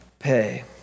pay